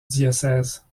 diocèse